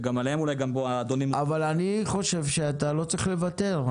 אני חושב שאתה לא צריך לוותר.